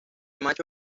macho